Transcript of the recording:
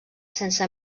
sense